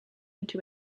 into